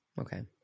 okay